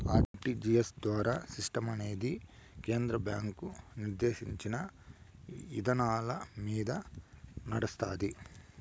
RTGS ద్వారా సిస్టమనేది కేంద్ర బ్యాంకు నిర్దేశించిన ఇదానాలమింద నడస్తాంది